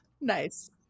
Nice